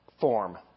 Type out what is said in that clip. form